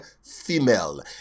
Female